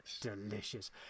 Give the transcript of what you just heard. delicious